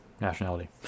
nationality